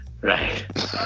right